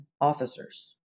officers